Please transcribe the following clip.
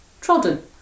trodden